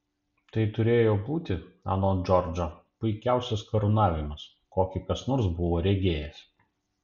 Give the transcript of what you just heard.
tai turėjo būti anot džordžo puikiausias karūnavimas kokį kas nors buvo regėjęs